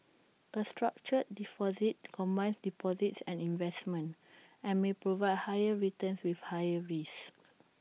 A structured deposit combines deposits and investments and may provide higher returns with higher risks